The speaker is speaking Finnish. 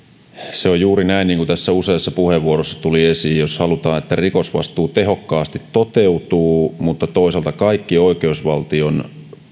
on juuri niin kuin tässä useassa puheenvuorossa tuli esiin jos halutaan että rikosvastuu tehokkaasti toteutuu mutta toisaalta kaikki oi keusvaltion